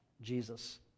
Jesus